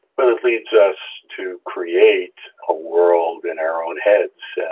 but it leads us to create a world in our own heads,